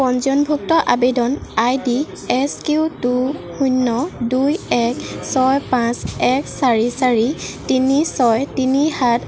পঞ্জীয়নভুক্ত আবেদন I D S Q two শূন্য় দুই এক ছয় পাঁচ এক চাৰি চাৰি তিনি ছয় তিনি সাত